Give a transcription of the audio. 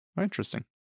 interesting